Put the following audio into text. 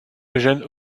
eugène